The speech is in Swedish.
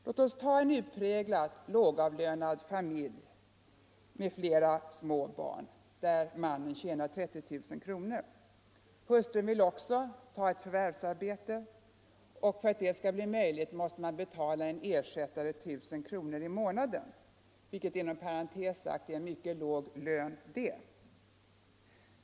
Låt oss ta en utpräglat lågavlönad familj med flera små barn där mannen tjänar 30 000 kronor. Hustrun vill också ta ett förvärvsarbete, och för att det skall bli möjligt måste man betala en ersättare 1 000 kronor i månaden, vilket inom parentes sagt är en mycket låg lön.